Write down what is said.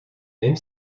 même